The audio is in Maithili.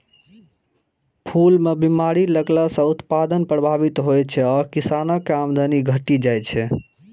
फूल मे बीमारी लगला सं उत्पादन प्रभावित होइ छै आ किसानक आमदनी घटि जाइ छै